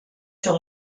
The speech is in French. sur